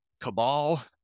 cabal